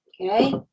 okay